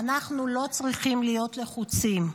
"אנחנו לא צריכים להיות לחוצים.